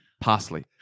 parsley